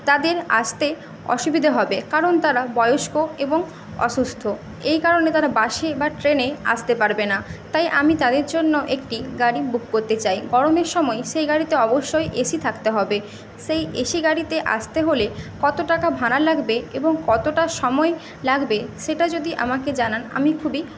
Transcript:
তাদের আসতে অসুবিধে হবে কারণ তারা বয়স্ক এবং অসুস্থ এই কারণে তারা বাসে বা ট্রেনে আসতে পারবে না তাই আমি তাদের জন্য একটি গাড়ি বুক করতে চাই গরমের সময় সেই গাড়িতে অবশ্যই এসি থাকতে হবে সেই এসি গাড়িতে আসতে হলে কত টাকা ভাড়া লাগবে এবং কতটা সময় লাগবে সেটা যদি আমাকে জানান তাহলে আমি খুবই